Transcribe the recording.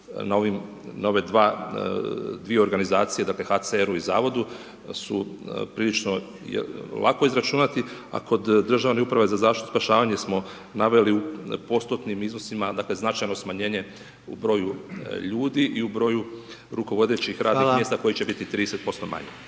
na ove dvije organizacije, dakle, HCR-u i Zavodu su prilično lako izračunati, a kod Državne uprave za zaštitu i spašavanje smo naveli u postotnim iznosima, dakle, značajno smanjenje u broju ljudi i u broju rukovodećih radnih mjesta…/Upadica: Hvala/… koji će biti 30% manji.